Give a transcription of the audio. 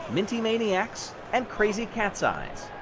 minty maniacs, and crazy cat's eyes.